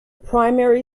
primary